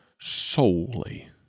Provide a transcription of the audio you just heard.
solely